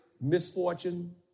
misfortune